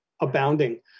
abounding